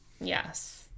Yes